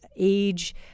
age